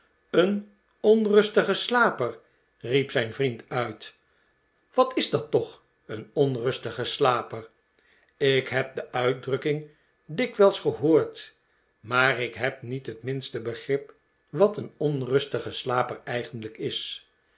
een onrustige slaper riep zijn vriend uit wat is dat toch een onrustige slaper ik heb de uitdrukking dikwijls gehoord maar ik heb niet het minste begrip wat een onrustige slaper eigenlijk is